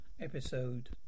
Episode